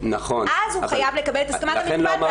אז הוא חייב לקבל את הסכמת בית המשפט,